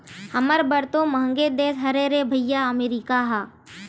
हमर बर तो मंहगे देश हरे रे भइया अमरीका ह